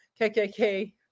kkk